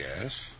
Yes